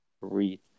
Read